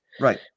Right